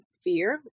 fear